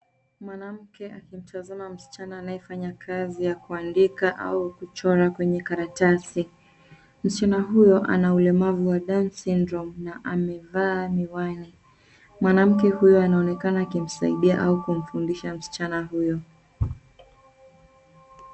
Mwanamke akimtazama msichana anaye fanya kazi ya kuandika au kuchora kwenye karatasi. Msichana huyo ana ulemavu wa down syndrome na amevaa miwani. Mwanamke huyo anaonekana akimsaidia au kumfundisha msichana huyo.